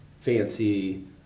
fancy